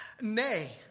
Nay